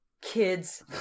kids